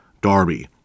Darby